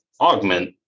augment